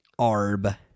Arb